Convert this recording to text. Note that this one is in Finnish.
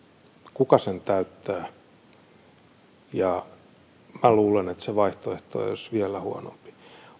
kuka sen täyttää minä luulen että se vaihtoehto olisi vielä huonompi